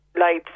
lights